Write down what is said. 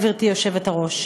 גברתי היושבת-ראש.